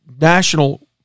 national